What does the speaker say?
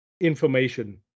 information